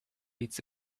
eats